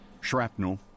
Shrapnel